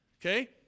Okay